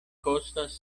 kostas